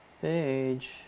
page